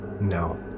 No